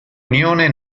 unione